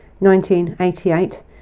1988